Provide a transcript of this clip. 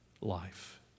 life